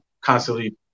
constantly